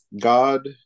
God